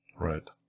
Right